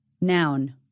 Noun